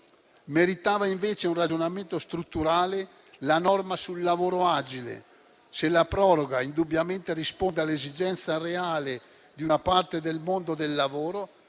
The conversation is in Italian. Meritava invece un ragionamento strutturale la norma sul lavoro agile; se la proroga indubbiamente risponde all’esigenza reale di una parte del mondo del lavoro,